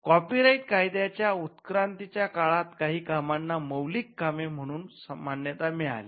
copyright कायद्याच्या उत्क्रांतीच्या काळात काही कामांना मौलिक कामे म्हणून मान्यता मिळाली